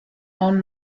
own